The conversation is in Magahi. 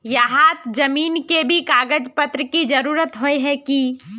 यहात जमीन के भी कागज पत्र की जरूरत होय है की?